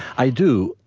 i do.